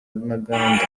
ntaganda